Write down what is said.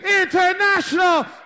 International